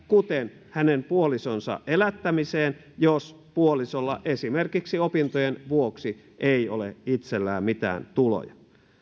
kuten hänen puolisonsa elättämiseen jos puolisolla itsellään esimerkiksi opintojen vuoksi ei ole mitään tuloja